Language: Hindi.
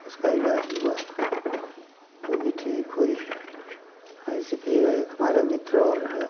उसका इलाज हुआ वो भी ठीक हुई ऐसे फिर एक हमारे मित्र और हैं